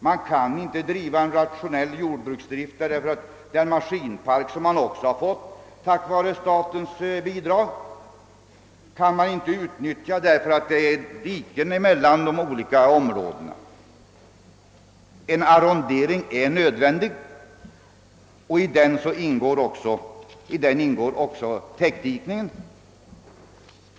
En rationell jordbruksdrift vid anstalten är inte möjlig därför att den maskinpark, som man också fått tack vare statens bidrag, inte kan utnyttjas på grund av att marken är så illa splittrad. En arrondering är nödvändig och i en sådan ingår också täckdikningen.